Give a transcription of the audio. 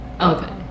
okay